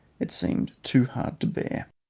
it seemed too hard to bear.